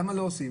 למה לא עושים?